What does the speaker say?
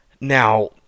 Now